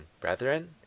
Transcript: brethren